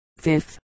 fifth